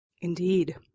Indeed